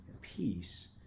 Peace